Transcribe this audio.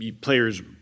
players